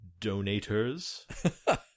Donators